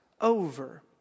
over